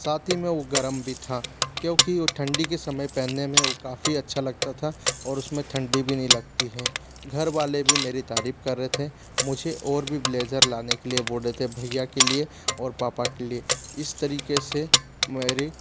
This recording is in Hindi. साथी में वो गरम भी था क्योंकि वो ठण्डी के समय पहनने में वो काफ़ी अच्छा लगता था और उसमें ठण्डी भी नहीं लगती है घरवाले भी मेरी तारीफ कर रहे थे मुझे और भी ब्लेज़र लाने के लिए बोल रहे थे भईया के लिए और पापा के लिए इस तरीके से मेरी